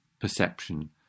perception